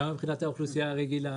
גם מבחינת גידול האוכלוסייה הרגילה.